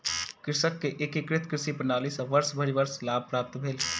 कृषक के एकीकृत कृषि प्रणाली सॅ वर्षभरि वर्ष लाभ प्राप्त भेल